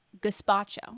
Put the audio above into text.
gazpacho